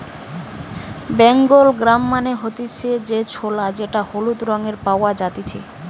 Bengal gram মানে হতিছে যে ছোলা যেটা হলুদ রঙে পাওয়া জাতিছে